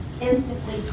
Instantly